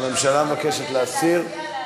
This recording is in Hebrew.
הממשלה מבקשת להסיר.